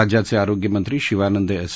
राज्याच आरोग्यमंत्री शिवानंद एस